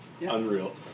unreal